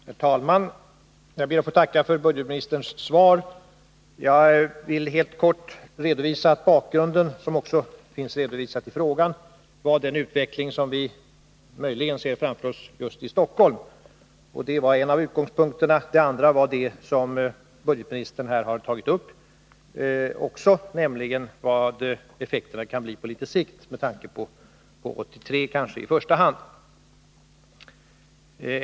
Herr talman! Jag ber att få tacka för budgetministerns svar. Jag vill helt kort redovisa bakgrunden, som också finns i frågan. En av utgångspunkterna är den utveckling som vi möjligen har framför oss just i Stockholm. Den andra utgångspunkten är det som också budgetministern här har tagit upp, nämligen vilka effekterna kan bli på sikt, och i första hand 1983.